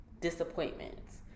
disappointments